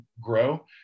grow